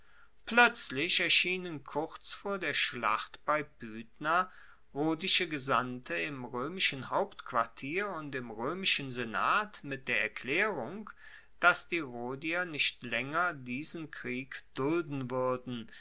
ploetzlich erschienen kurz vor der schlacht bei pydna rhodische gesandte im roemischen hauptquartier und im roemischen senat mit der erklaerung dass die rhodier nicht laenger diesen krieg dulden wuerden